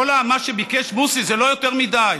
כל מה שביקש מוסי זה לא יותר מדי.